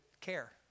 care